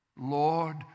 Lord